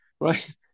right